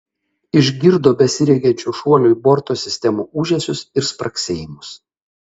išgirdo besirengiančių šuoliui borto sistemų ūžesius ir spragsėjimus